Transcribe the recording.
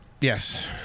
Yes